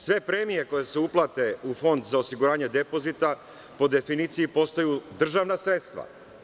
Sve premije koje se uplate u Fond za osiguranje depozita po definiciji postaju državna sredstva.